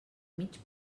mig